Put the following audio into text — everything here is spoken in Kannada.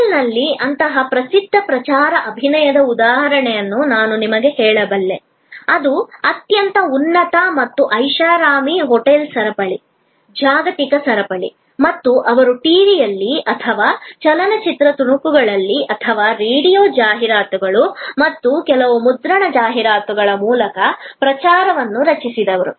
ಹೋಟೆಲ್ನ ಅತ್ಯಂತ ಪ್ರಸಿದ್ಧ ಪ್ರಚಾರ ಅಭಿಯಾನದ ಉದಾಹರಣೆಯನ್ನು ನಾನು ನಿಮಗೆ ಹೇಳಬಲ್ಲೆ ಅದು ಅತ್ಯಂತ ಉನ್ನತ ಮತ್ತು ಐಷಾರಾಮಿ ಹೋಟೆಲ್ ಸರಪಳಿ ಜಾಗತಿಕ ಸರಪಳಿ ಮತ್ತು ಅವರು ಟಿವಿಯಲ್ಲಿ ಅಥವಾ ಚಲನಚಿತ್ರ ತುಣುಕುಗಳಲ್ಲಿ ಅಥವಾ ರೇಡಿಯೋ ಜಾಹೀರಾತುಗಳು ಮತ್ತು ಕೆಲವು ಮುದ್ರಣ ಜಾಹೀರಾತುಗಳ ಮೂಲಕ ಪ್ರಚಾರ ಪ್ರಚಾರವನ್ನು ರಚಿಸಿದರು